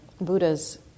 Buddha's